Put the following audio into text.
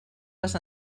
les